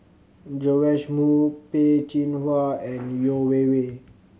Joash Moo Peh Chin Hua and Yeo Wei Wei